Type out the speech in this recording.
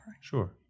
Sure